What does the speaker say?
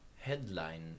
headline